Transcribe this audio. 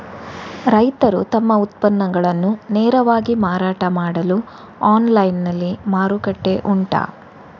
ರೈತರು ತಮ್ಮ ಉತ್ಪನ್ನಗಳನ್ನು ನೇರವಾಗಿ ಮಾರಾಟ ಮಾಡಲು ಆನ್ಲೈನ್ ನಲ್ಲಿ ಮಾರುಕಟ್ಟೆ ಉಂಟಾ?